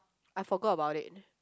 I forgot about it